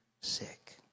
sick